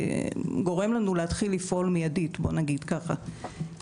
גורם לנו להתחיל לפעול מיידית בוא נגיד ככה.